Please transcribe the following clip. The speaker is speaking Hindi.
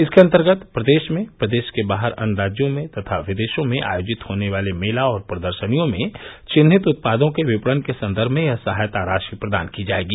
इसके अन्तर्गत प्रदेश में प्रदेश के बाहर अन्य राज्यों में तथा विदेशों में आयोजित होने वाले मेला और प्रदर्शनियों में चिहिन्त उत्पादों के विपणन के सन्दर्भ में यह सहायता राशि प्रदान की जायेगी